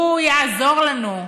הוא יעזור לנו.